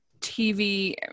tv